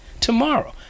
tomorrow